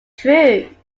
true